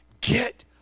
Get